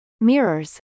mirrors